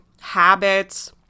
habits